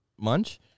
Munch